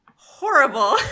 horrible